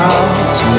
out